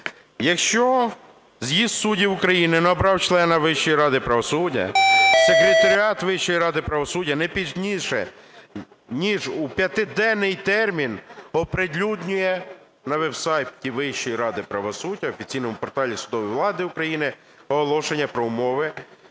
Якщо з'їзд суддів України не обрав члена Вищої ради правосуддя, Секретаріат Вищої ради правосуддя не пізніше ніж у 5-денний термін оприлюднює на веб-сайті Вищої ради правосуддя, офіційному порталі судової влади України оголошення про умови